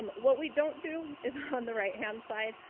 um what we don't do is on the right hand side.